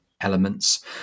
elements